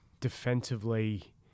defensively